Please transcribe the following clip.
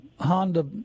Honda